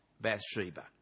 Bathsheba